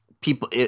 people